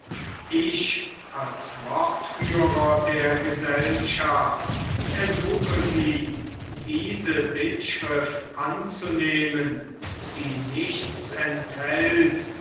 ich als wortführer der gesellschaft ersuche sie diese bittschrift anzunehmen die nichts enthält